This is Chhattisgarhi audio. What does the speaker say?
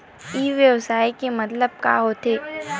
ई व्यवसाय के मतलब का होथे?